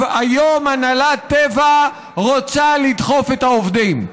היום הנהלת טבע רוצה לדחוף את העובדים.